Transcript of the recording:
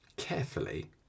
carefully